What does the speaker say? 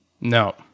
No